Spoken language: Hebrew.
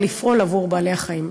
לפעול עבור בעלי-החיים.